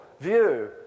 view